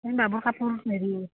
বাবুৰ কাপোৰ হেৰি